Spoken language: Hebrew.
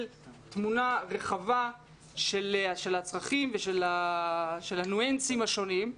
תמונה רחבה של הצרכים ושל הניואנסים השונים.